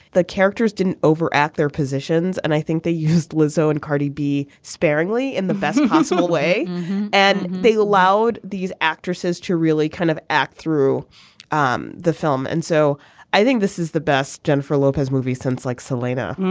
the characters didn't overact their positions and i think they used lazo and cardi b sparingly in the best possible way and they allowed these actresses to really kind of act through um the film. and so i think this is the best jennifer lopez movie since like selena.